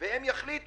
כי אם הוא יתמוטט,